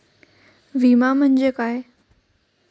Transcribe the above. विमा म्हणजे काय?